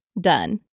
done